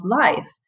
life